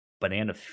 banana